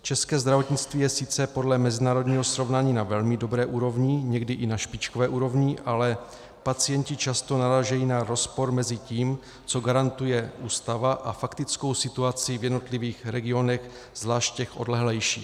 České zdravotnictví je sice podle mezinárodního srovnání na velmi dobré úrovni, někdy i na špičkové úrovni, ale pacienti často narážejí na rozpor mezi tím, co garantuje Ústava, a faktickou situací v jednotlivých regionech, zvlášť těch odlehlejších.